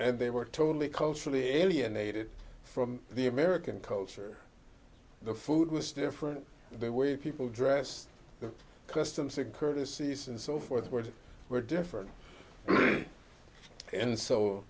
and they were totally culturally alienated from the american culture the food was different the way people dressed the customs and courtesies and so forth words were different and so